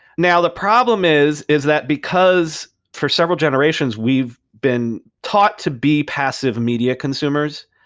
now the problem is is that because for several generations, we've been taught to be passive media consumers.